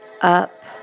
up